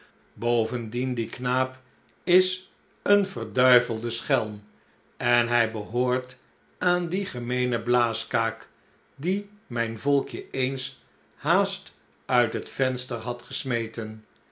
bovendien die knaap is een verduivelde schelm en hij behoort aan dien gemeenen blaaskaak dien mijn volkje eens haast uit het venster had gesmeten